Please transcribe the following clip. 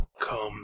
Come